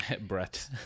Brett